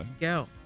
go